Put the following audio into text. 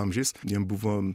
amžiais jiem buvo